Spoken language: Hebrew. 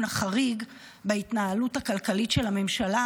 החריג בהתנהלות הכלכלית של הממשלה,